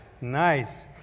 Nice